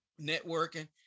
networking